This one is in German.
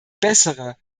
bessere